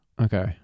Okay